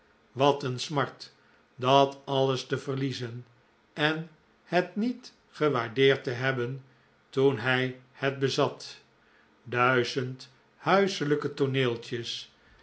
wat een smart dat alles te verliezen en het niet gewaardeerd te hebben toen hij het bezat duizend huiselijke tooneeltjes